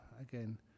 again